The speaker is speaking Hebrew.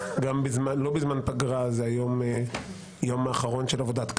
לא בזמן פגרה זה היום האחרון של עבודת כנסת.